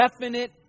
definite